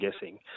guessing